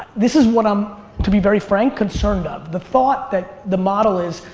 this is what i'm, to be very frank, concerned of. the thought that the model is,